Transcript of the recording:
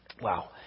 Wow